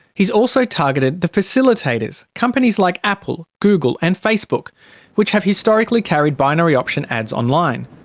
he's also targeted the facilitators, companies like apple, google and facebook which have historically carried binary option ads online.